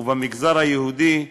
ובמגזר היהודי,